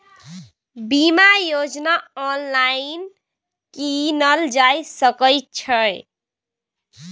बीमा योजना ऑनलाइन कीनल जा सकै छै?